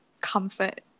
comfort